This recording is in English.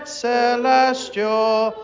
celestial